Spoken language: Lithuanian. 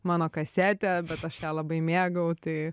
mano kasetė bet aš ją labai mėgau tai